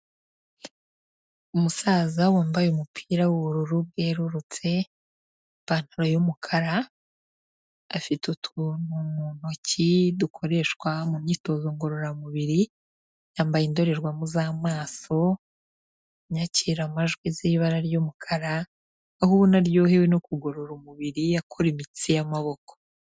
Umusaza wambaye umupira w'ubururu bwerurutse, ipantaro y'umukara, afite utuntu mu ntoki dukoreshwa mu myitozo ngororamubiri, yambaye indorerwamo z'amaso, inyakiramajwi z'ibara ry'umukara, aho ubona aryohewe no kugorora umubiri akora imitsi y'amaboko.